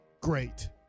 great